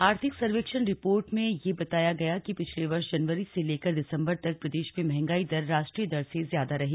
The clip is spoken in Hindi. आर्थिक सर्वेक्षण रिर्पोट जारी रिर्पोट में यह भी बताया गया कि पिछले वर्ष जनवरी से लेकर दिसंबर तक प्रदेश में महंगाई दर राष्ट्रीय दर से ज्यादा रही